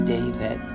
David